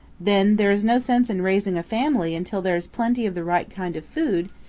then, there is no sense in raising a family until there is plenty of the right kind of food,